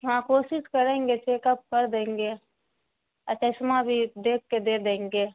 ہاں کوشش کریں گے چیک اپ کر دیں گے آ چشمہ بھی دیکھ کے دے دیں گے